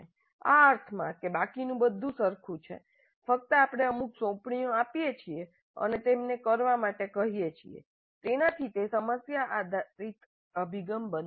આ અર્થમાં કે બાકીનું બધું સરખું છે ફક્ત આપણે અમુક સોંપણીઓ આપીએ છીએ અને તેમને કરવા માટે કહીએ છીએ તેનાથી તે સમસ્યા આધારિત અભિગમ બનતું નથી